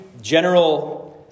general